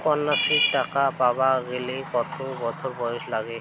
কন্যাশ্রী টাকা পাবার গেলে কতো বছর বয়স লাগে?